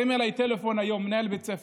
הרים אליי טלפון היום מנהל בית ספר,